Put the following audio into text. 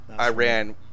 Iran